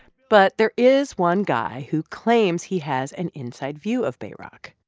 but there is one guy who claims he has an inside view of bayrock.